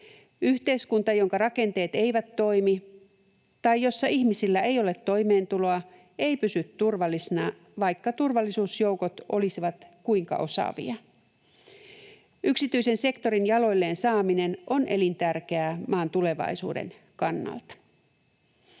Yhteiskunta, jonka rakenteet eivät toimi tai jossa ihmisillä ei ole toimeentuloa, ei pysy turvallisena, vaikka turvallisuusjoukot olisivat kuinka osaavia. Yksityisen sektorin jaloilleen saaminen on elintärkeää maan tulevaisuuden kannalta.